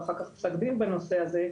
ואחר כך פסק דין בנושא הזה.